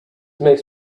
makes